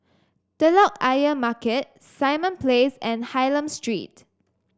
Telok Ayer Market Simon Place and Hylam Street